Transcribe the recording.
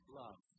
love